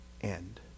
end